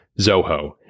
Zoho